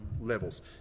levels